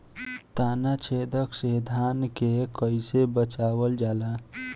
ताना छेदक से धान के कइसे बचावल जाला?